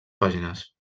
pàgines